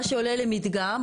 מה שעולה למדגם,